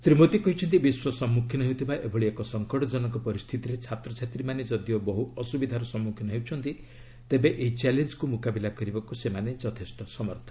ଶ୍ରୀ ମୋଦୀ କହିଛନ୍ତି ବିଶ୍ୱ ସମ୍ମୁଖୀନ ହେଉଥିବା ଏଭଳି ଏକ ଶଙ୍କଟ ଜନକ ପରିସ୍ଥିତିରେ ଛାତ୍ରଛାତ୍ରୀମାନେ ଯଦିଓ ବହୁ ଅସୁବିଧାର ସମ୍ମୁଖୀନ ହେଉଛନ୍ତି ତେବେ ଏହି ଚ୍ୟାଲେଞ୍ଜକୁ ମୁକାବିଲା କରିବାକୁ ସେମାନେ ଯଥେଷ୍ଟ ସମର୍ଥ